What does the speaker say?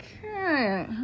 Okay